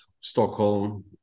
Stockholm